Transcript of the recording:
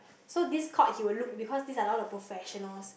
so this court he will look because these are all the professionals